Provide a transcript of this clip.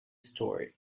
story